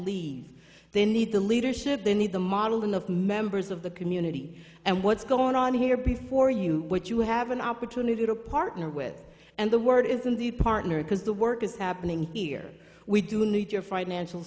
leave they need the leadership they need the modeling of members of the community and what's going on here before you what you have an opportunity to partner with and the word is in the partner because the work is happening here we do need your financial